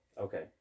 Okay